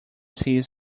his